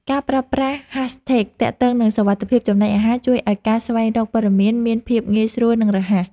ការប្រើប្រាស់ ហាសថេក ទាក់ទងនឹងសុវត្ថិភាពចំណីអាហារជួយឱ្យការស្វែងរកព័ត៌មានមានភាពងាយស្រួលនិងរហ័ស។